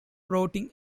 rotting